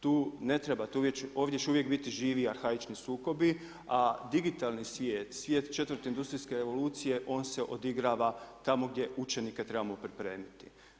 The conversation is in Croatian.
Tu ne treba, ovdje će uvijek biti živi arhaični sukobi, a digitalni svijet, svijet četvrte industrijske revolucije, on se odigrava tamo gdje učenike trebamo pripremiti.